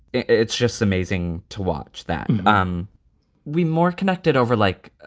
it's just amazing to watch that. um we more connected over, like,